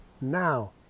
now